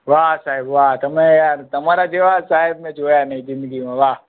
વાહ સાહેબ વાહ તમે યાર તમારા જેવા સાહેબ મેં જોયા નહીં જિંદગીમાં વાહ